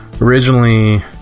originally